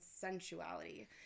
sensuality